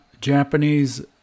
Japanese